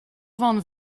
van